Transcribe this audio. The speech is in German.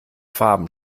farben